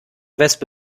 wespe